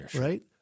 right